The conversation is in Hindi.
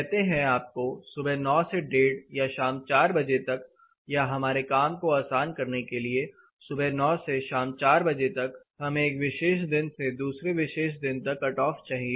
कहते हैं आपको सुबह 900 से 130 या शाम 400 बजे तक या हमारे काम को आसान करने के लिए सुबह 900 से शाम 400 बजे तक हमें एक विशेष दिन से दूसरे विशेष दिन तक कट ऑफ चाहिए